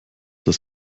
das